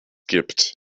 gibt